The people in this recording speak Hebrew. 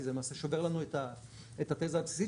כי זה למעשה שובר לנו את התזה הבסיסית